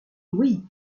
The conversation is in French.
oui